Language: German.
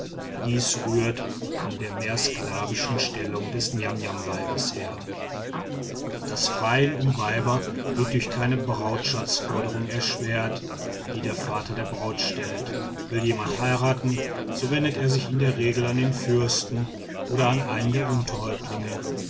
dies rührt von der mehr sklavischen stellung des niamniamweibes her das freien um weiber wird durch keine brautschatzforderung erschwert die der vater der braut stellt will jemand heiraten so wendet er sich in der regel an den fürsten oder an einen der